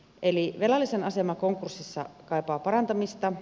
eli velallisen asema konkurssissa kaipaa parantamista